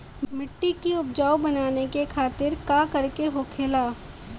मिट्टी की उपजाऊ बनाने के खातिर का करके होखेला?